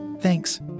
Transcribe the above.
Thanks